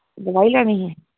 दोआई लैनी ही